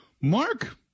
Mark